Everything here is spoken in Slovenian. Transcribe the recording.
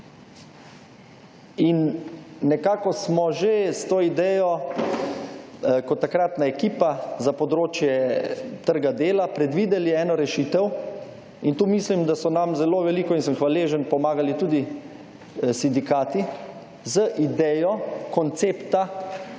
In nekako smo že s to idejo kot takratna ekipa za področje trga dela predvideli eno rešitev, in tu mislim, da so nam zelo veliko, in sem hvaležen, pomagali tudi sindikati z idejo koncepta